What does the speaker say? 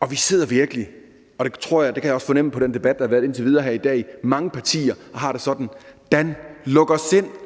og vi sidder virkelig mange og også mange partier, og det kan jeg også fornemme på den debat, der har været indtil videre her i dag, der har det sådan: Dan, luk os ind,